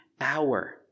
hour